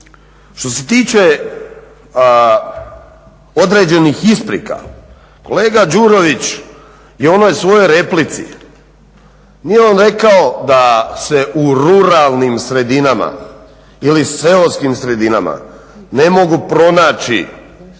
Što se tiče određenih isprika kolega Đurović je u onoj svojoj replici nije on rekao da se u ruralnim sredinama ili seoskim sredinama ne mogu pronaći